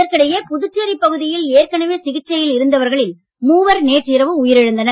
இதற்கிடையே புதுச்சேரி பகுதியில் ஏற்கனவே சிகிச்சையில் இருந்தவர்களில் மூவர் நேற்று இரவு உயிரிழந்தனர்